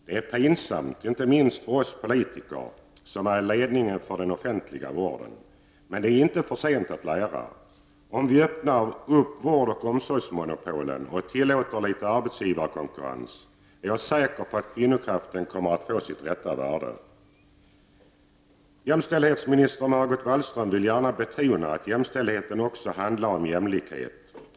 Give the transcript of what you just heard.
Det är pinsamt, inte minst för oss politiker som är i ledningen för den offentliga vården. Men det är inte för sent att lära. Om vi öppnar vårdoch omsorgsmonopolen och tillåter litet arbetsgivarkonkurrens, är jag säker på att kvinnokraften kommer att få sitt rätta värde. Jämställdhetsminister Margot Wallström vill gärna betona att jämställdhet också handlar om jämlikhet.